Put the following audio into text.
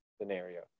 scenario